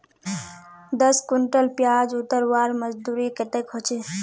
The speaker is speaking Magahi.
दस कुंटल प्याज उतरवार मजदूरी कतेक होचए?